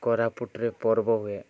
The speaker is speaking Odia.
କୋରାପୁଟରେ ପର୍ବ ହୁଏ